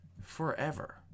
forever